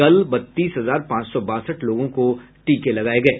कल बत्तीस हजार पांच सौ बासठ लोगों को टीके लगाये गये